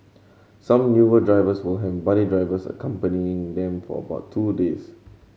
some newer drivers will have buddy drivers accompanying them for about two days